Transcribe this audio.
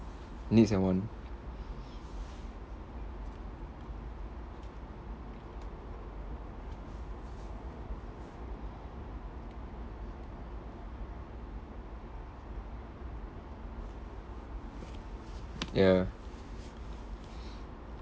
needs and want ya